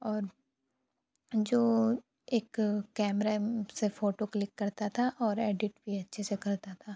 और जो एक कैमरा से फ़ोटो क्लिक करता था और एडिट भी अच्छे से करता था